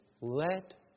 let